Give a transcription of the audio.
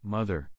Mother